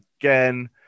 again